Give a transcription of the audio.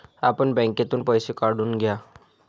आपण बँकेतून पैसे काढून घ्या